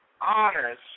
honors